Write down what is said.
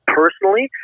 personally